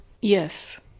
Yes